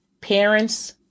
parents